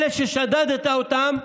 אלה ששדדת אותם,